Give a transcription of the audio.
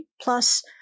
plus